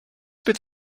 bydd